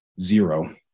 Zero